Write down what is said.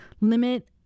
limit